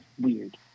weird